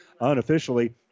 unofficially